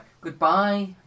goodbye